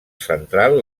central